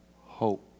hope